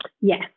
Yes